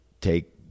take